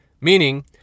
Meaning